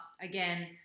again